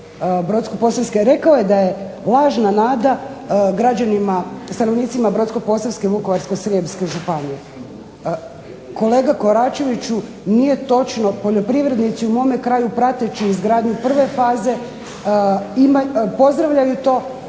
Brodsko-posavske županije, rekao je da je lažna nada građanima Brodsko-posavske Vukovarsko-srijemske županije. Kolega Koračeviću nije točno, poljoprivrednici u mojem kraju rateći izgradnju prve faze pozdravljaju to